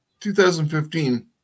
2015